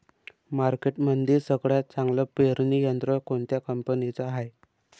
मार्केटमंदी सगळ्यात चांगलं पेरणी यंत्र कोनत्या कंपनीचं हाये?